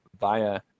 via